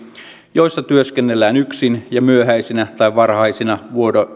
joissa työskennellään yksin ja myöhäisinä tai varhaisina